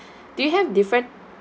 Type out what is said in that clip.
do you have different